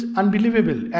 unbelievable